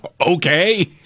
Okay